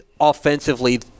offensively